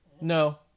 No